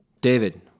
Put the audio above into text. David